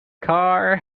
car